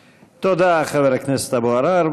תודה, חבר הכנסת אבו עראר.